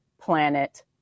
planet